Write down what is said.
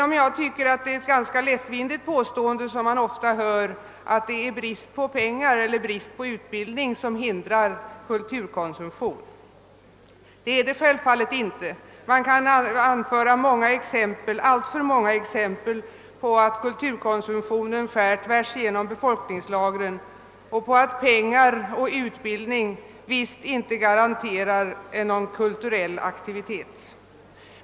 Ofta hör man det ganska lättvindiga påståendet att det enbart är brist på pengar eller brist på utbildning som hindrar kulturkonsumtion. Det är det självfallet inte. Man kan anföra många exempel på att kulturkonsumtionen skär tvärs igenom befolkningslagren och på att pengar och utbildning visst inte garanterar någon kulturell aktivitet.